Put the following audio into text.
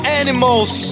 animals